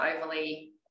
overly